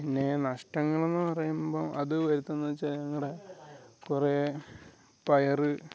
പിന്നെ നഷ്ടങ്ങൾ എന്ന് പറയുമ്പം അത് വരുത്തന്ന് വെച്ചാൽ ഞങ്ങളുടെ കുറെ പയർ